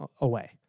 away